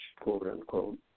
quote-unquote